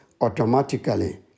automatically